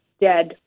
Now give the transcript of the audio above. dead